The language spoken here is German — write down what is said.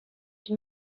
den